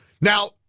now